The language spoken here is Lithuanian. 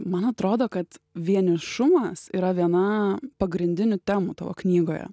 man atrodo kad vienišumas yra viena pagrindinių temų tavo knygoje